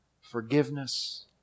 forgiveness